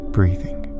Breathing